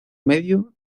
medio